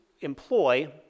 employ